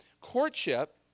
Courtship